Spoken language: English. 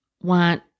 want